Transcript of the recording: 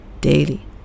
daily